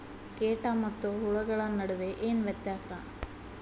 ಕೇಟ ಮತ್ತು ಹುಳುಗಳ ನಡುವೆ ಏನ್ ವ್ಯತ್ಯಾಸ?